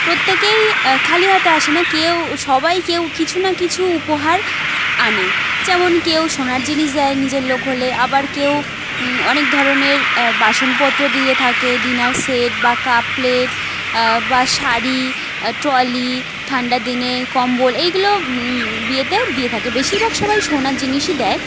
প্রত্যেকেই খালি হাতে আসে না কেউ সবাই কেউ কিছু না কিছু উপহার আনে যেমন কেউ সোনার জিনিস দেয় নিজের লোক হলে আবার কেউ অনেক ধরণের বাসনপত্র দিয়ে থাকে ডিনার সেট বা কাপ প্লেট বা শাড়ি ট্রলি ঠান্ডার দিনে কম্বল এইগুলো বিয়েতে দিয়ে থাকে বেশিরভাগ সবাই সোনার জিনিসই দেয়